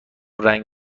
رنگ